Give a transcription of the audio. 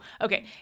okay